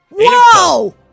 Whoa